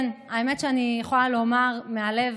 כן, האמת שאני יכולה לומר מהלב